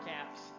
caps